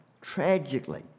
tragically